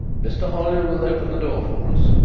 mr. hollyer will open the door for us.